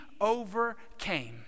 overcame